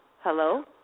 Hello